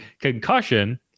concussion